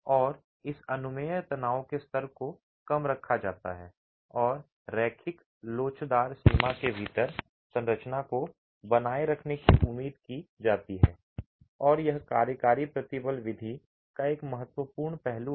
और इस अनुमेय तनाव के स्तर को कम रखा जाता है और रैखिक लोचदार सीमा के भीतर संरचना को बनाए रखने की उम्मीद की जाती है और यह कार्यकारी प्रतिबल विधि का एक महत्वपूर्ण पहलू है